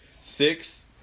Six